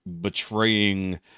betraying